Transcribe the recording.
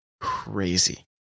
crazy